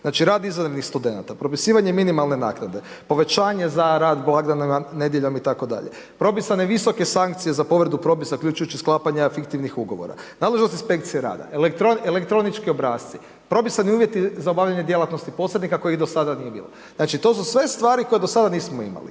Znači rad izvanrednih studenata, propisivanje minimalne naknade, povećanje za rad blagdana nedjeljom itd., propisane visoke sankcije za povredu propisa uključujući sklapanja fiktivnih ugovora, .../Govornik se ne razumije./... inspekciji rada, elektronički obrasci, propisani uvjeti za obavljanje djelatnosti posrednika koji do sada nije bilo. Znači to su sve stvari koje stvari koje do sada nismo imali